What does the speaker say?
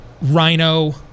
rhino